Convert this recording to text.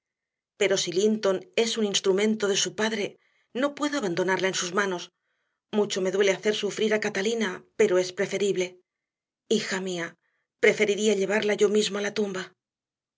si linton es un instrumento de su padre no puedo abandonarla en sus manos mucho me duele hacer sufrir a catalina pero es preferible hija mía preferiría llevarla yo mismo a la tumba